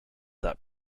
that